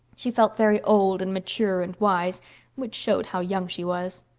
she felt very old and mature and wise which showed how young she was.